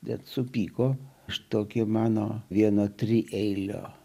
net supyko už tokį mano vieno trieilio